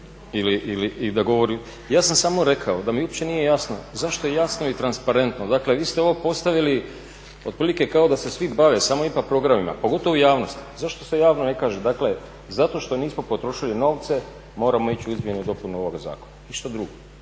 i da govori. Ja sam samo rekao da mi uopće nije jasno zašto jasno i transparentno, dakle vi ste ovo postavili otprilike kao da se svi bave samo IPA programima pogotovo u javnosti. Zašto se javno ne kaže, dakle zato što nismo potrošili novce moramo ići u izmjene i dopune ovoga zakona. Ništa drugo.